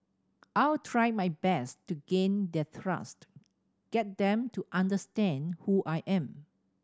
I'll try my best to gain their trust get them to understand who I am